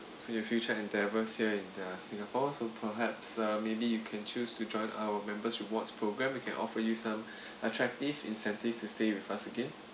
for your future endeavours here in singapore so perhaps uh maybe you can choose to join our members rewards program we can offer you some attractive incentives to stay with us again